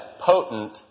potent